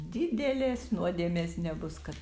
didelės nuodėmės nebus kad